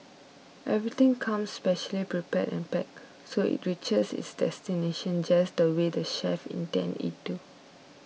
everything comes specially prepared and packed so it reaches its destination just the way the chefs intend it to